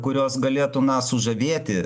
kurios galėtų sužavėti